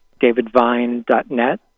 davidvine.net